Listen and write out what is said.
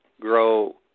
grow